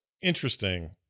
Interesting